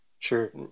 Sure